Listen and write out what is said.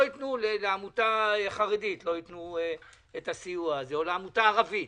לא ייתנו את הסיוע הזה לעמותה חרדית או לעמותה ערבית,